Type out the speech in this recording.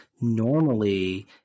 normally